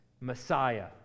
Messiah